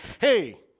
hey